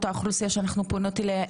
אותה אוכלוסייה שאנו פונים אליה,